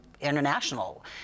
international